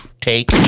take